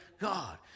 god